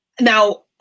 now